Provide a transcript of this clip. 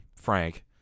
Frank